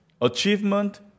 achievement